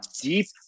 deep